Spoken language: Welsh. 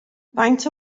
faint